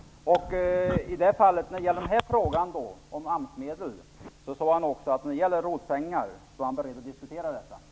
När det gäller frågan om AMS-medel sade han att han var beredd att diskutera ROT-pengar.